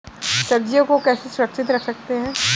सब्जियों को कैसे सुरक्षित रख सकते हैं?